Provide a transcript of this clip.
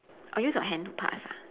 orh use your hand to pass ah